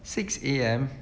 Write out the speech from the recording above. six A_M